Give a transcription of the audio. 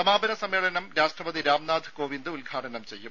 സമാപന സമ്മേളനം രാഷ്ട്രപതി രാംനാഥ് കോവിന്ദ് ഉദ്ഘാടനം ചെയ്യും